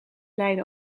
leidde